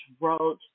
wrote